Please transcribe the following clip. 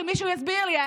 שמישהו יסביר לי.